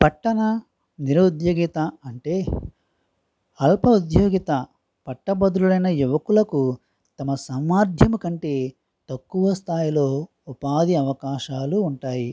పట్టణ నిరుద్యోగిత అంటే అల్ప ఉద్యోగిత పట్టబద్రులైన యువకులకు తమ సామర్థ్యం కంటే తక్కువ స్థాయిలో ఉపాధి అవకాశాలు ఉంటాయి